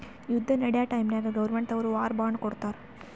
ಯುದ್ದ ನಡ್ಯಾ ಟೈಮ್ನಾಗ್ ಗೌರ್ಮೆಂಟ್ ದವ್ರು ವಾರ್ ಬಾಂಡ್ ಕೊಡ್ತಾರ್